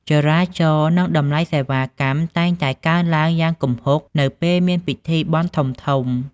ចរាចរណ៍នឹងតម្លៃសេវាកម្មតែងតែកើនឡើងយ៉ាងគំហុកនៅពេលមានពិធីបុណ្យធំៗ។